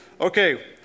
Okay